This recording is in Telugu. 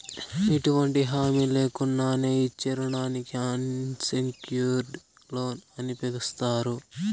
ఎటువంటి హామీ లేకున్నానే ఇచ్చే రుణానికి అన్సెక్యూర్డ్ లోన్ అని పిలస్తారు